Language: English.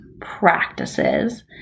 practices